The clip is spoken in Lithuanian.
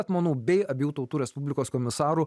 etmonų bei abiejų tautų respublikos komisarų